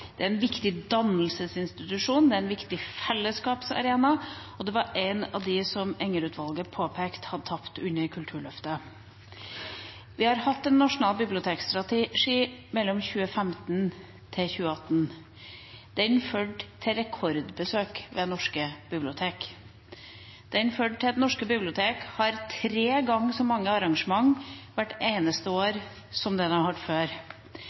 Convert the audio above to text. Det er en viktig dannelsesinstitusjon, det er en viktig fellesskapsarena, og det var blant dem Enger-utvalget påpekte at hadde tapt under Kulturløftet. Vi har hatt en nasjonal bibliotekstrategi fra 2015 til 2018. Den førte til rekordbesøk ved norske bibliotek. Den førte til at norske bibliotek har tre ganger så mange arrangementer hvert eneste år som det de hadde før.